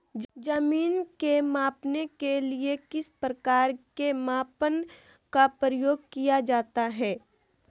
जमीन के मापने के लिए किस प्रकार के मापन का प्रयोग किया जाता है?